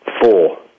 Four